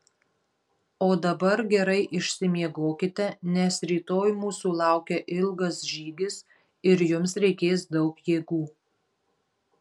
o dabar gerai išsimiegokite nes rytoj mūsų laukia ilgas žygis ir jums reikės daug jėgų